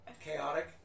chaotic